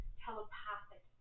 telepathic